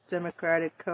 Democratic